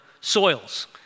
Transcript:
soils